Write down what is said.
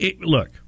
Look